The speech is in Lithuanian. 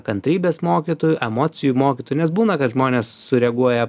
kantrybės mokytojų emocijų mokytų nes būna kad žmonės sureaguoja